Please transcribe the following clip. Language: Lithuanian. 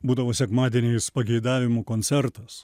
būdavo sekmadieninis pageidavimų koncertas